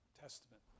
Testament